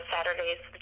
Saturdays